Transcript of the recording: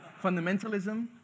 fundamentalism